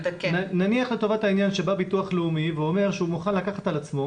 נניח לטובת העניין שבא ביטוח לאומי ואומר שהוא מוכן לקחת על עצמו